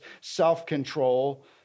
self-control